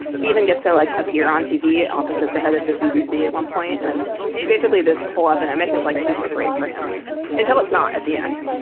he even gets to like appear on tv opposite the head of the cdc at one point. and basically this call up and i make is like super great for him until it's not at the end,